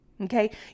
Okay